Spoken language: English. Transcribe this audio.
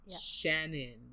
Shannon